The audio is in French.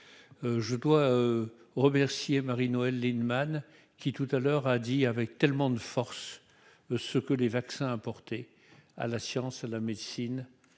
je dois remercier Marie-Noëlle Lienemann qui tout à l'heure a dit avec tellement de force, ce que les vaccins apporter à la science, la médecine